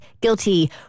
guilty